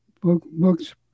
books